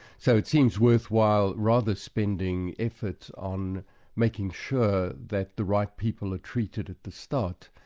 so it seems worthwhile rather spending effort on making sure that the right people are treated at the start,